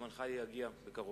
זמנך יגיע בקרוב.